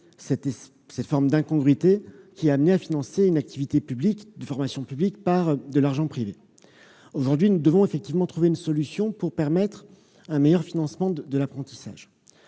cette forme d'incongruité qui consistait à financer une activité de formation publique avec de l'argent privé. Aujourd'hui, nous devons trouver une solution pour permettre un meilleur financement de l'apprentissage.